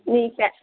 نہیں سر